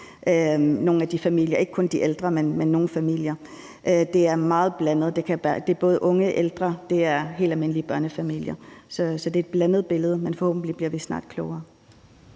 flytter de måske til Nuuk og så til Danmark. Det er meget blandet. Det er både unge, ældre og helt almindelige børnefamilier. Så det er et blandet billede, men forhåbentlig bliver vi snart klogere.